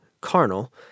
carnal